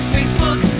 Facebook